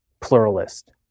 pluralist